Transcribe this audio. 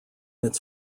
its